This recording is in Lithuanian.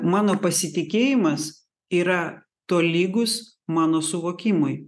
mano pasitikėjimas yra tolygus mano suvokimui